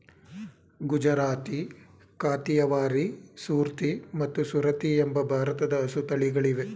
ಗುಜರಾತಿ, ಕಾಥಿಯವಾರಿ, ಸೂರ್ತಿ ಮತ್ತು ಸುರತಿ ಎಂಬ ಭಾರದ ಹಸು ತಳಿಗಳಿವೆ